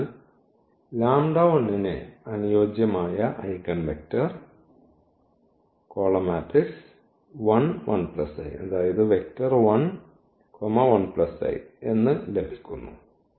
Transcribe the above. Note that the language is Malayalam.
അതിനാൽ ന് അനുയോജ്യമായ ഐഗൺ വെക്റ്റർ എന്ന് ലഭിക്കുന്നു